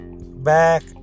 back